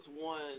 one